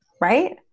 right